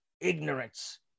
ignorance